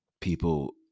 people